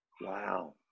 Wow